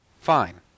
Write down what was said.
Fine